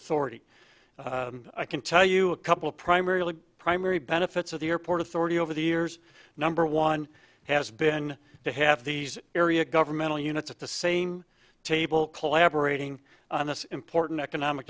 authority i can tell you a couple primarily primary benefits of the airport authority over the years number one has been to have these area governmental units at the same table collaborating on this important economic